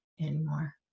anymore